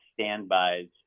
standbys